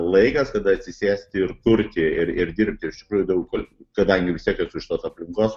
laikas kada atsisėsti ir kurti ir ir dirbti iš tikrųjų daug kur kadangi vis tiek esu iš tos aplinkos